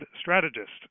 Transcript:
strategist